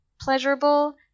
pleasurable